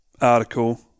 Article